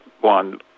one